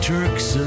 Turks